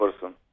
person